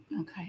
Okay